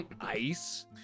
ice